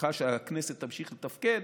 בהנחה שהכנסת תמשיך לתפקד,